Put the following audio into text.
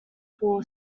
paul